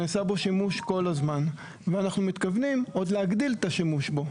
נעשה בו שימוש כל הזמן ואנחנו מתכוונים להגדיל את השימוש בו.